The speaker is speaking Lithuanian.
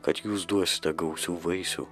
kad jūs duosite gausių vaisių